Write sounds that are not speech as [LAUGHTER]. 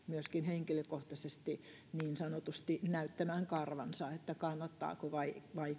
[UNINTELLIGIBLE] myöskin henkilökohtaisesti niin sanotusti näyttämään karvansa että kannattaako vai vai [UNINTELLIGIBLE]